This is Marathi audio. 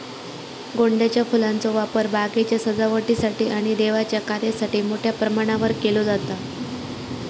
गोंड्याच्या फुलांचो वापर बागेच्या सजावटीसाठी आणि देवाच्या कार्यासाठी मोठ्या प्रमाणावर केलो जाता